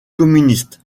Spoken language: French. communiste